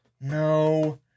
No